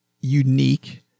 unique